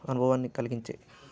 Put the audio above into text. అనుభవాన్ని కలిగించాయి